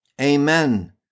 Amen